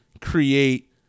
create